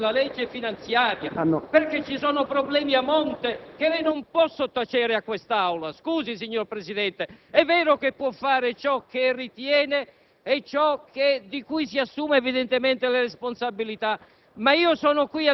della facoltà di introdurre in questo momento il testo della legge finanziaria, perché ci sono problemi a monte che non può sottacere a quest'Aula. Scusi, signor Presidente, è vero che può fare ciò che ritiene